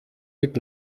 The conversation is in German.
mit